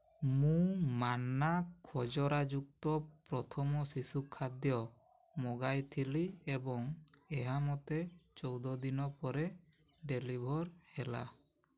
ମୁଁ ମାନ୍ନା ଖଜରାଯୁକ୍ତ ପ୍ରଥମ ଶିଶୁ ଖାଦ୍ୟ ମଗାଇଥିଲି ଏବଂ ଏହା ମୋତେ ଚଉଦ ଦିନ ପରେ ଡ଼େଲିଭର୍ ହେଲା